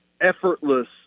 effortless